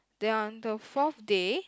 then on the fourth day